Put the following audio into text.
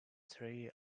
three